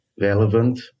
relevant